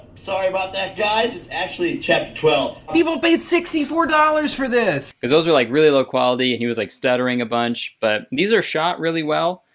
sorry about that, guys. it's actually chapter twelve. people paid sixty four dollars for this. cause those were like really low quality. and he was like stuttering a bunch. but these are shot really well.